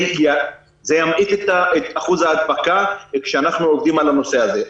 זה ימעיט את אחוז ההדבקה כשאנחנו עובדים על הנושא הזה.